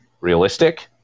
realistic